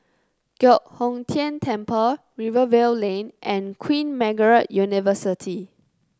Giok Hong Tian Temple Rivervale Lane and Queen Margaret University